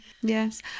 Yes